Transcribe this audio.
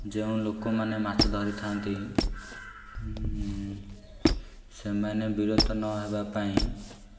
ଯେଉଁ ଲୋକମାନେ ମାଛ ଧରିଥାନ୍ତି ସେମାନେ ବିରକ୍ତ ନ ହେବା ପାଇଁ